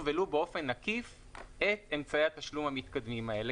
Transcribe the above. ולו באופן עקיף את אמצעי התשלום האלה,